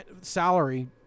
salary